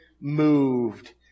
moved